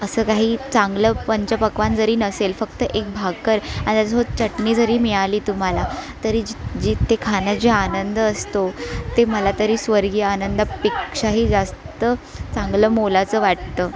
असं काही चांगलं पंचपक्वान्न जरी नसेल फक्त एक भाकर आणि सोबत चटणी जरी मिळाली तुम्हाला तरी जी जी ते खाण्यात जे आनंद असतो ते मला तरी स्वर्गीय आनंदापेक्षाही जास्त चांगलं मोलाचं वाटतं